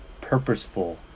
purposeful